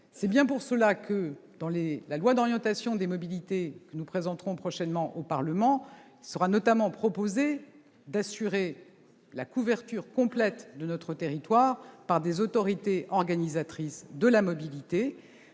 C'est bien pour cela que dans la loi d'orientation des mobilités, que nous présenterons prochainement au Parlement, il sera notamment proposé d'assurer la couverture complète de notre territoire par des autorités organisatrices de la mobilité,